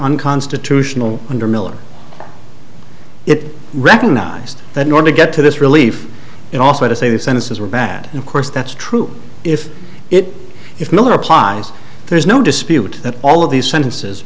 unconstitutional under miller it recognized the norm to get to this relief and also to say the sentences were bad and of course that's true if it if miller applies there's no dispute that all of these sentences